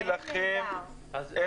אתה